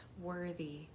worthy